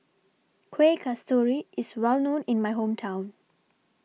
Kueh Kasturi IS Well known in My Hometown